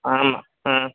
ஆமாம் ம்